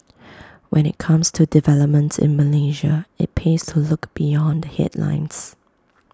when IT comes to developments in Malaysia IT pays to look beyond headlines